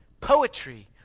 poetry